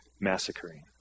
massacring